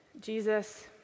Jesus